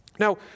Now